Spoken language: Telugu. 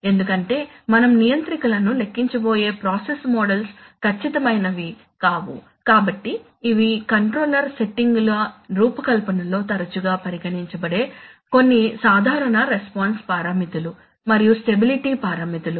ఎందుకంటే మనం నియంత్రికలను లెక్కించబోయే ప్రాసెస్ మోడల్స్ ఖచ్చితమైనవి కావు కాబట్టి ఇవి కంట్రోలర్ సెట్టింగుల రూపకల్పనలో తరచుగా పరిగణించబడే కొన్ని సాధారణ రెస్పాన్స్ పారామితులు మరియు స్టెబిలిటీ పారామితులు